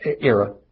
era